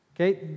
Okay